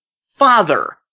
father